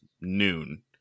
noon